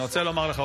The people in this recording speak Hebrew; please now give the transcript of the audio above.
אני רוצה לומר לך,